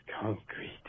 concrete